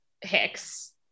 hicks